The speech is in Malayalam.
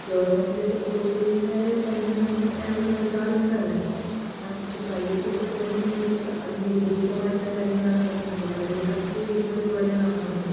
ഗവർമെൻറ്റിലൊക്കെ പോയിക്കഴിഞ്ഞ് കഴിഞ്ഞാല് മരുന്നിന് ഇളവ് നൽകാറുണ്ടവര് പക്ഷെ പ്രൈവറ്റിലൊക്കെ പോകുന്ന സമയത്ത് അതിന് വിപരീതമായിട്ടുള്ള കാര്യങ്ങളാണ് നടക്കുന്നത് വളരെ കത്തിവെക്കുന്ന പരിപാടിയാണ് അവിടെ നടക്കുന്നത്